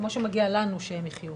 כמו שמגיע לנו שהם יחיו.